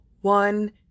one